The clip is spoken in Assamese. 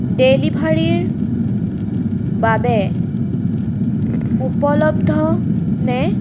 ডেলিভাৰীৰ বাবে উপলব্ধ নে